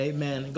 Amen